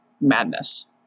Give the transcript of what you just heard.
madness